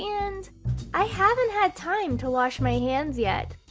and i haven't had time to wash my hands yet.